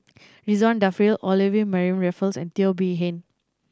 Ridzwan Dzafir Olivia Mariamne Raffles and Teo Bee Yen